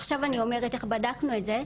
עכשיו אני אומרת איך בדקנו את זה.